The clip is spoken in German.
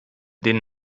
den